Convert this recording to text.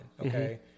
okay